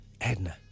Edna